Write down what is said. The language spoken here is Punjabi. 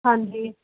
ਹਾਂਜੀ